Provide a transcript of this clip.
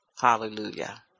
Hallelujah